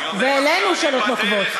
והעלינו שאלות נוקבות.